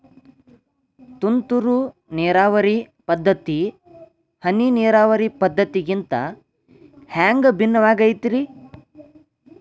ತುಂತುರು ನೇರಾವರಿ ಪದ್ಧತಿ, ಹನಿ ನೇರಾವರಿ ಪದ್ಧತಿಗಿಂತ ಹ್ಯಾಂಗ ಭಿನ್ನವಾಗಿ ಐತ್ರಿ?